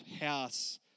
house